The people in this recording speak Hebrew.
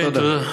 תודה.